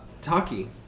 Taki